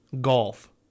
golf